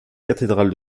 cathédrale